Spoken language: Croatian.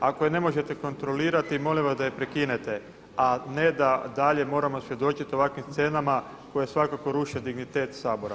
Ako je ne možete kontrolirati molim vas da je prekinete, a ne da dalje moramo svjedočiti ovakvim scenama koje svakako ruše dignitet Sabora.